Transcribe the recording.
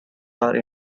are